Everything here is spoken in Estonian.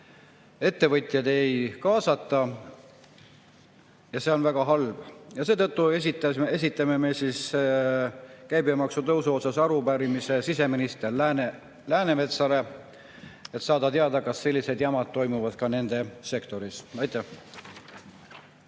ettevõtjaid ei kaasata. Ja see on väga halb. Seetõttu esitame me käibemaksu tõusu kohta arupärimise siseminister Läänemetsale, et saada teada, kas sellised jamad toimuvad ka nende sektoris. Aitäh!